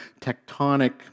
tectonic